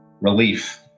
relief